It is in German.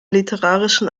literarischen